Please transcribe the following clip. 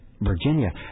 Virginia